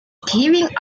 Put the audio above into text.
giving